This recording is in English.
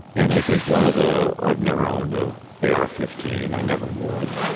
and i think one of the i've never owned ah a ar fifteen i never would.